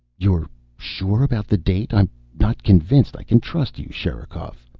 you're sure about the date? i'm not convinced i can trust you, sherikov.